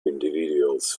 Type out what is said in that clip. individuals